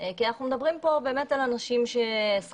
כי אנחנו מדברים פה באמת על אנשים ששכרם